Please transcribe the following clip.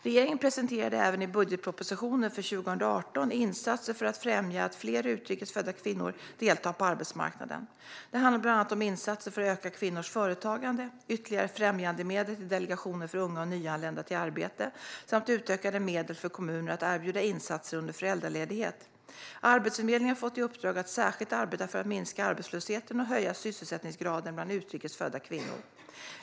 Regeringen presenterade även i budgetpropositionen för 2018 insatser för att främja att fler utrikes födda kvinnor deltar på arbetsmarknaden. Det handlar bland annat om insatser för att öka kvinnors företagande, ytterligare främjandemedel till Delegationen för unga och nyanlända till arbete samt utökade medel för kommuner att erbjuda insatser under föräldraledighet. Arbetsförmedlingen har fått i uppdrag att särskilt arbeta för att minska arbetslösheten och höja sysselsättningsgraden bland utrikes födda kvinnor.